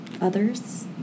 others